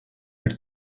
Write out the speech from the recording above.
per